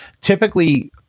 Typically